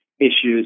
issues